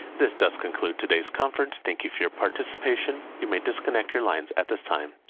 this does conclude today's conference. thank you for your participation. you may disconnect your lines at this time.